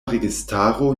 registaro